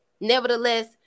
Nevertheless